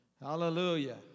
Hallelujah